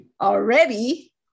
Already